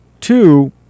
two